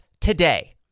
today